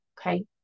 Okay